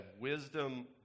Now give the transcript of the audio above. wisdom